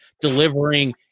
delivering